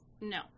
No